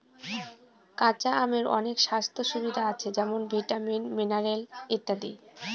কাঁচা আমের অনেক স্বাস্থ্য সুবিধা আছে যেমন ভিটামিন, মিনারেল ইত্যাদি